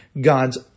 God's